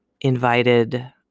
invited